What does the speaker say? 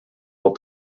all